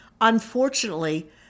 unfortunately